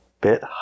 bit